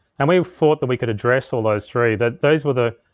and we thought that we could address all those three, that those were the,